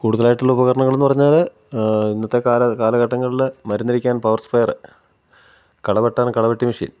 കൂടുതലായിട്ടുള്ള ഉപകരണങ്ങൾ എന്ന് പറഞ്ഞാല് ഇന്നത്തെ കാല കാലഘട്ടങ്ങളില് മരുന്നടിക്കാൻ പവർ സ്പെയർ കളവെട്ടാന് കളവെട്ടി മെഷിൻ